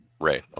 Ray